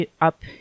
up